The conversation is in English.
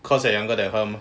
cause I younger than her mah